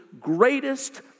greatest